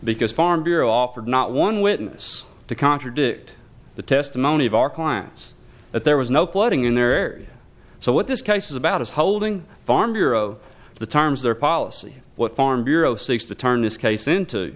because farm bureau offered not one witness to contradict the testimony of our clients that there was no cutting in their area so what this case is about is holding farm bureau the terms their policy what farm bureau sticks to turn this case in to